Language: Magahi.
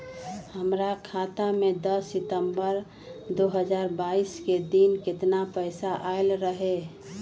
हमरा खाता में दस सितंबर दो हजार बाईस के दिन केतना पैसा अयलक रहे?